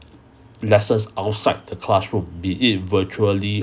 lessons outside the classroom be it virtually